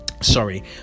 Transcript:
sorry